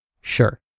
Sure